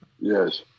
yes